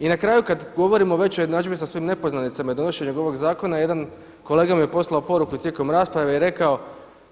I na kraju kada govorimo već o jednadžbi sa svim nepoznanicama i donošenju ovog zakona, jedan kolega mi je poslao poruku i tijekom rasprave i rekao,